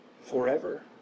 forever